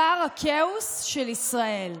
שר הכאוס של ישראל",